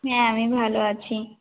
হ্যাঁ আমি ভালো আছি